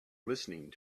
listening